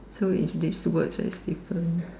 so is this words that is different